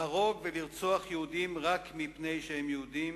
להרוג ולרצוח יהודים רק מפני שהם יהודים,